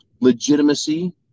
legitimacy